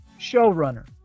showrunner